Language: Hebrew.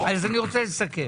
אז אני רוצה לסכם.